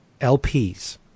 LPs